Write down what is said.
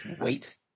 Wait